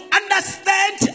understand